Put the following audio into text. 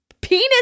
penis